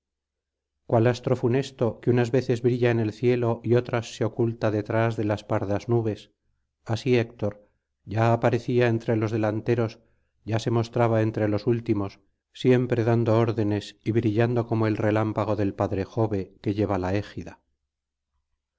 cual astro funesto que unas veces brilla en el cielo y otras se oculta detrás de las pardas nubes así héctor ya aparecía entre los delanteros ya se mostraba entre los últimos siempre dando órdenes y brillando como el relámpago del padre jove que lleva la égida